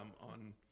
On